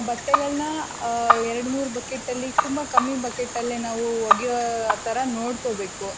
ಬಟ್ಟೆಗಳನ್ನ ಎರಡು ಮೂರು ಬಕೆಟಲ್ಲಿ ತುಂಬ ಕಮ್ಮಿ ಬಕೆಟಲ್ಲೆ ನಾವು ಒಗೆಯೋ ಥರ ನೋಡ್ಕೋಬೇಕು